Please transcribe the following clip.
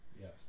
Yes